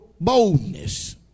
boldness